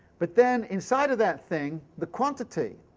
but then inside of that thing, the quantity